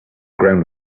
ground